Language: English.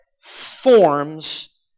forms